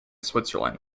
switzerland